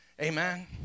Amen